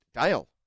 Dale